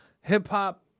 hip-hop